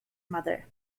mother